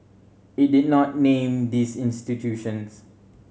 it did not name these institutions